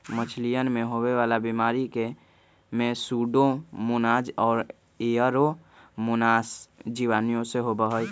मछलियन में होवे वाला बीमारी में सूडोमोनाज और एयरोमोनास जीवाणुओं से होबा हई